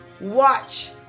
watch